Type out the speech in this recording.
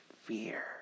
fear